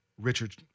Richard